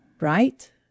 right